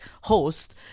host